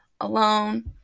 alone